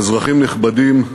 אזרחים נכבדים,